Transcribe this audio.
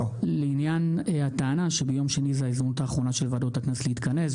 לעניין הטענה שביום שני זאת ההזדמנות האחרונה של ועדות הכנסת להתכנס.